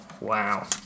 Wow